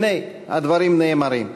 הנה, הדברים נאמרים,